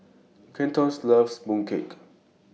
Kelton loves Mooncake